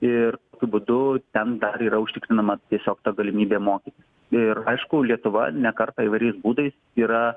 ir tokiu būdu ten dar yra užtikrinama tiesiog galimybė mokytis ir aišku lietuva ne kartą įvairiais būdais yra